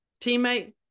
teammate